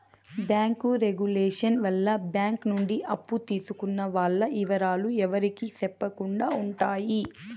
bank regulation వల్ల bank నుండి అప్పు తీసుకున్న వాల్ల ఇవరాలు ఎవరికి సెప్పకుండా ఉంటాయి